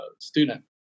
student